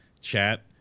chat